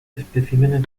especímenes